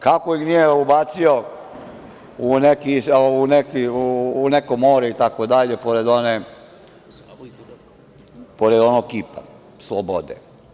Kako ih nije ubacio u neko more itd, pored onog Kipa slobode?